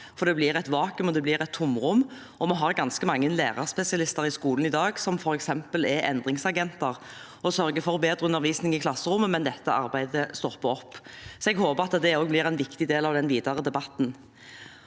det blir et vakuum, og det blir et tomrom. Vi har ganske mange lærerspesialister i skolen i dag, som f.eks. er endringsagenter, og sørger for bedre undervisning i klasserommet, men dette arbeidet stopper opp. Jeg håper at det også blir en viktig del av den videre debatten.